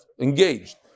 engaged